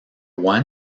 more